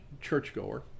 churchgoer